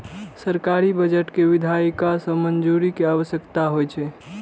सरकारी बजट कें विधायिका सं मंजूरी के आवश्यकता होइ छै